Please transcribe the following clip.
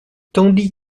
tandis